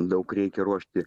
daug reikia ruošti